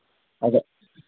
ᱟᱫᱚ